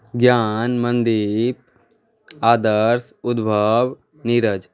ज्ञान मनदीप आदर्श उद्भव नीरज